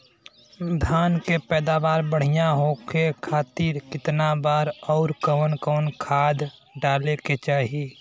धान के पैदावार बढ़िया होखे खाती कितना बार अउर कवन कवन खाद डाले के चाही?